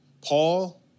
Paul